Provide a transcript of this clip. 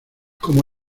como